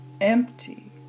empty